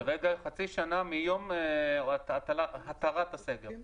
כרגע חצי שנה מיום התרת הסגר.